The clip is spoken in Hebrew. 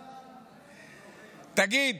תגיד,